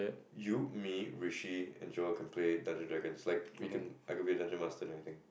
you me Regine and Joel can play Dungeon Dragons like we could I could be the dungeon master and everything